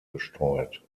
gestreut